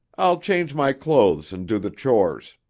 i'll change my clothes and do the chores.